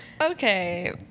Okay